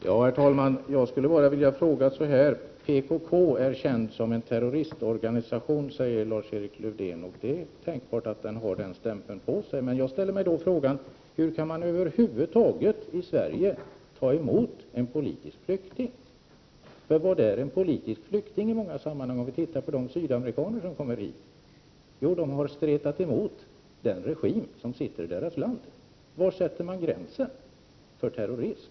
Herr talman! Jag skulle bara vilja säga så här: PKK är känt som en terroristorganisation, menar Lars-Erik Lövdén, och det är tänkbart att det har den stämpeln på sig. Men hur kan man då över huvud taget ta emot en politisk flyktning i Sverige? För vad är en politisk flykting i många sammanhang, om vi tittar på de sydamerikaner som kommer hit? Jo, de har stretat emot den regim som sitter i deras land. Var sätter man gränsen för terrorism?